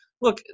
look